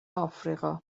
آفریقا